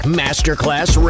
masterclass